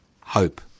hope